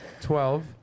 Twelve